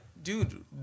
Dude